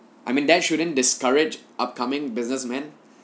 I mean that shouldn't discourage upcoming businessman